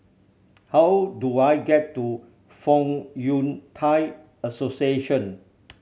how do I get to Fong Yun Thai Association